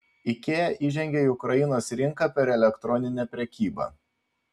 ikea įžengė į ukrainos rinką per elektroninę prekybą